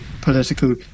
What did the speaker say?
political